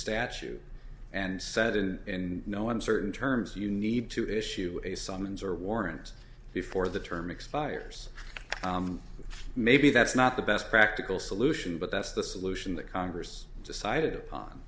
statute and said in no uncertain terms you need to issue a summons or warrant before the term expires maybe that's not the best practical solution but that's the solution that congress decided upon